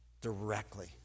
directly